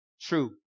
True